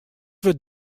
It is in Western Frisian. wurdt